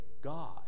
God